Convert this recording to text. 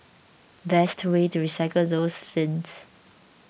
best way to recycle those tins